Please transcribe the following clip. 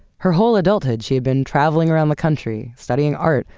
her whole adulthood she had been traveling around the country, studying art,